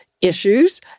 issues